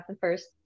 first